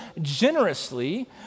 generously